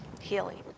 healing